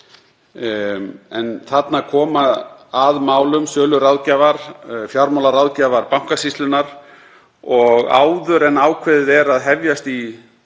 En þarna koma að málum söluráðgjafar og fjármálaráðgjafar Bankasýslunnar og áður en ákveðið er að ráðast í útboðið